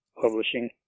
Publishing